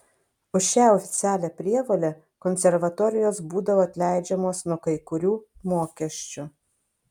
už šią oficialią prievolę konservatorijos būdavo atleidžiamos nuo kai kurių mokesčių